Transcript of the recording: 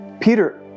Peter